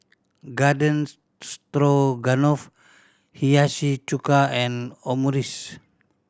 Garden Stroganoff Hiyashi Chuka and Omurice